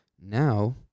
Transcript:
now